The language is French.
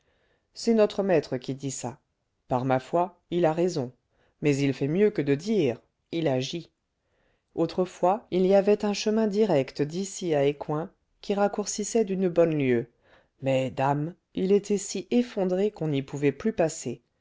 c'est notre maître qui dit ça par ma foi il a raison mais il fait mieux que de dire il agit autrefois il y avait un chemin direct d'ici à écouen qui raccourcissait d'une bonne lieue mais dame il était si effondré qu'on n'y pouvait plus passer